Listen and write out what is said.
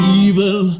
evil